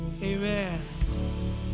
Amen